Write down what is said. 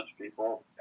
people